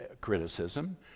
criticism